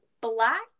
black